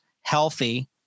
healthy